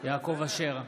יעקב אשר,